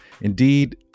indeed